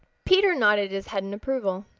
peter nodded his head in approval.